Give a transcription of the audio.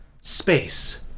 space